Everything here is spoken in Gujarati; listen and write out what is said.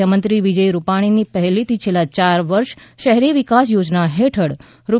મુખ્યમંત્રી વિજય રૂપાણીની પહેલથી છેલ્લા ચાર વર્ષ શહેરી વિકાસ યોજના હેઠળ રૂ